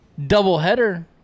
doubleheader